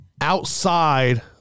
outside